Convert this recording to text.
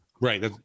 Right